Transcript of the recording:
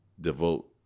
devote